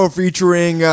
featuring